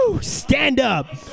Stand-up